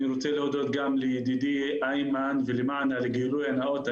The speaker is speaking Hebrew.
אני רוצה להודות לידידי איימן ולמען הגילוי הנאות,